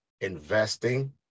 investing